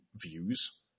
views